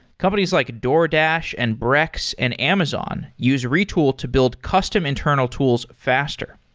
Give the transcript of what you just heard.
companies like a doordash, and brex, and amazon use retool to build custom internal tools faster.